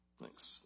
Thanks